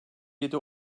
yedi